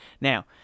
Now